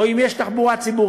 או אם יש תחבורה ציבורית.